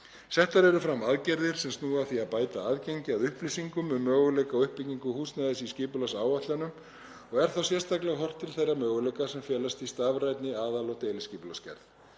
Settar eru fram aðgerðir sem snúa að því að bæta aðgengi að upplýsingum um möguleika á uppbyggingu húsnæðis í skipulagsáætlunum og er þá sérstaklega horft til þeirra möguleika sem felast í stafrænni aðal- og deiliskipulagsgerð.